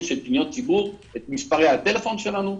של פניות הציבור ואת מספרי הטלפון שלנו.